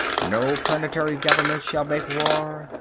no planetary government shall make war.